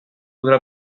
podrà